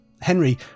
Henry